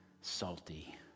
salty